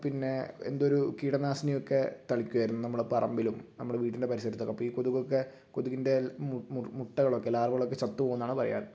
പിന്നെ എന്തൊരു കീടനാശിനിയൊക്കെ തളിക്കുമായിരുന്നു നമ്മുടെ പറമ്പിലും നമ്മുടെ വീടിൻ്റെ പരിസരത്തൊക്കെ അപ്പം ഈ കൊതുകൊക്കെ കൊതുകിൻ്റെ മു മു മുട്ടകളൊക്കെ ലാർവകളൊക്കെ ചത്തു പോകുമെന്നാണ് പറയാറ്